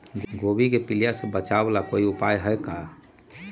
गोभी के पीलिया से बचाव ला कोई उपाय है का?